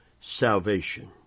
salvation